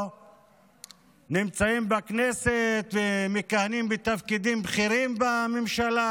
נמצאים בכנסת ומכהנים בתפקידים בכירים בממשלה,